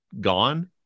gone